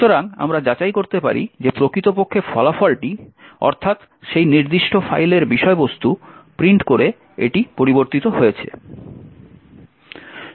সুতরাং আমরা যাচাই করতে পারি যে প্রকৃতপক্ষে ফলাফলটি অর্থাৎ সেই নির্দিষ্ট ফাইলের বিষয়বস্তু প্রিন্ট করে এটি পরিবর্তিত হয়েছে